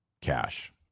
cash